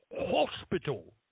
hospital